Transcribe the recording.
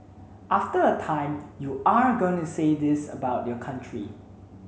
after a time you are going to say this about your country